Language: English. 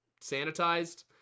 sanitized